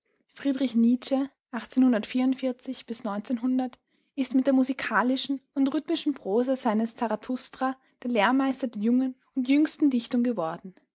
friedrich nietzsche bis ist mit der musikalischen und rhythmischen prosa seines zarathustra der lehrmeister der jungen und jüngsten dichtung geworden